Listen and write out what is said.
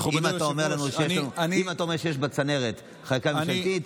אם אתה אומר שיש בצנרת חקיקה ממשלתית,